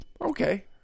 Okay